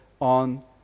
on